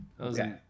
Okay